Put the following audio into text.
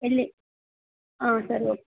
ಎಲ್ಲಿ ಹಾಂ ಸರಿ ಓಕೆ